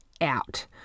out